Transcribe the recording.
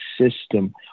system